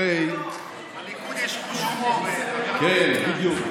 יש חוש הומור, כן, בדיוק.